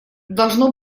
должно